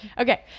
okay